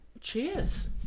Cheers